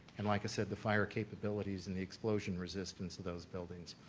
and like i said, the fire capabilities and the explosion resistance of those buildings.